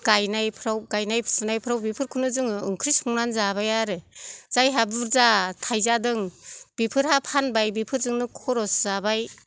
गायनायफ्राव गायनाय फुनायफ्राव बेफोरखौनो जोङो ओंख्रि संना जाबाय आरो जायहा बुर्जा थायजादों बेफोरहा फानबाय बेफोरजोंनो खरस जाबाय